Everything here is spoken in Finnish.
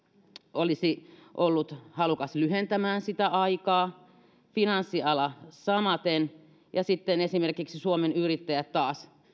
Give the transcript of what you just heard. olisi ollut halukas lyhentämään sitä aikaa finanssiala samaten ja sitten esimerkiksi suomen yrittäjät taas